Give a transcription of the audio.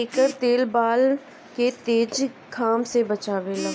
एकर तेल बाल के तेज घाम से बचावेला